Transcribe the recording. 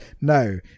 No